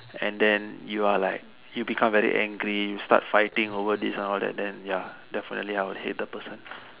and then you are like you become very angry start fighting over this and all that then ya definitely I will hate the person